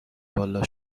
والا